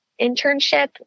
internship